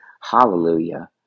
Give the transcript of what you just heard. hallelujah